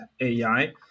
AI